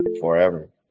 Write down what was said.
forever